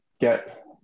get